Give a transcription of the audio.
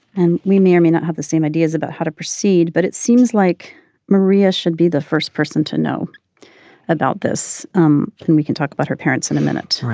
and we may or may not have the same ideas about how to proceed but it seems like maria should be the first person to know about this um and we can talk about her parents in a minute.